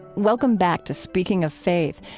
welcome back to speaking of faith,